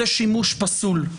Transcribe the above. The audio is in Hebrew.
זה שימוש פסול.